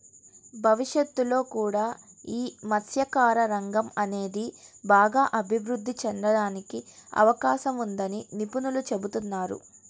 భవిష్యత్తులో కూడా యీ మత్స్యకార రంగం అనేది బాగా అభిరుద్ధి చెందడానికి అవకాశం ఉందని నిపుణులు చెబుతున్నారు